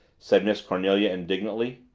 said miss cornelia indignantly.